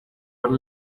one